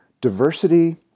diversity